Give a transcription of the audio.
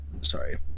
Sorry